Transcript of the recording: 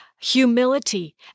humility